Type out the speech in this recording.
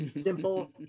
simple